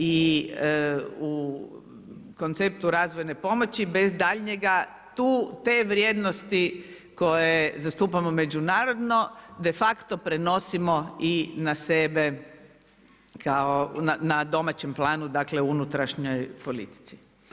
I u konceptu razvojne pomoći bez daljnjega tu te vrijednosti koje zastupamo međunarodno de facto prenosimo na sebe kao na domaćem planu, dakle, unutrašnjoj politici.